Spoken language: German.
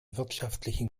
wirtschaftlichen